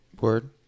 Word